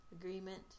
agreement